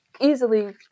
easily